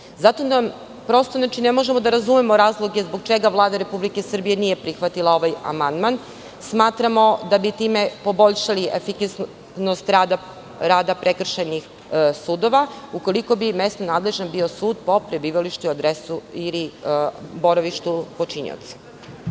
Zato prosto ne možemo da razumemo razloge zbog čega Vlada Republike Srbije nije prihvatila ovaj amandman. Smatramo da bi time poboljšali efikasnost rada prekršajnih sudova, ukoliko bi mesno nadležan bio sud po prebivalištu, adresi ili boravištu počinioca.